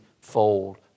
fold